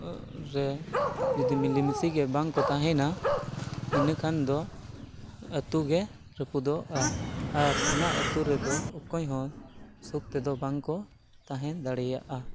ᱨᱮ ᱡᱩᱫᱤ ᱢᱤᱞᱮᱢᱤᱥᱮᱜᱮ ᱵᱟᱝᱠᱚ ᱛᱟᱦᱮᱱᱟ ᱤᱱᱟᱹᱠᱷᱟᱱ ᱫᱚ ᱟᱹᱛᱩᱜᱮ ᱨᱟᱯᱩᱫᱚᱜᱼᱟ ᱟᱨ ᱚᱱᱟ ᱟᱛᱩᱨᱮᱫᱚ ᱚᱠᱚᱭ ᱦᱚᱸ ᱥᱩᱠ ᱛᱮᱫᱚ ᱵᱟᱝᱠᱚ ᱛᱟᱦᱮᱸ ᱫᱟᱲᱮᱭᱟᱜᱼᱟ